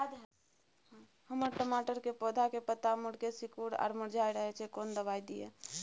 हमर टमाटर के पौधा के पत्ता मुड़के सिकुर आर मुरझाय रहै छै, कोन दबाय दिये?